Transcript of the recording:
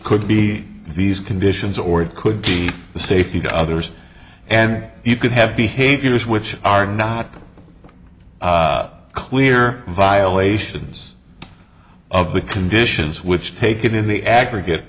could be these conditions or it could be the safety of others and you could have behaviors which are not clear violations of the conditions which taken in the aggregate